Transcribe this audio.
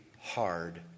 hard